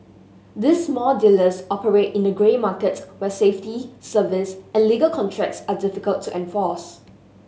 these small dealers operate in the grey market where safety service and legal contracts are difficult to enforce